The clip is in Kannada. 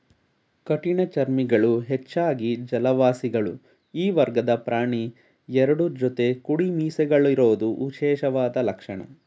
ಕಠಿಣಚರ್ಮಿಗಳು ಹೆಚ್ಚಾಗಿ ಜಲವಾಸಿಗಳು ಈ ವರ್ಗದ ಪ್ರಾಣಿ ಎರಡು ಜೊತೆ ಕುಡಿಮೀಸೆಗಳಿರೋದು ವಿಶೇಷವಾದ ಲಕ್ಷಣ